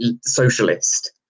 socialist